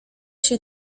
się